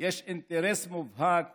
יש אינטרס מובהק